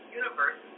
universe